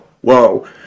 Whoa